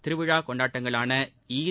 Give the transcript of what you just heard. திருவிழா கொண்டாட்டங்களான ஈத்